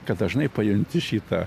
kad dažnai pajunti šitą